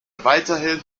weiterhin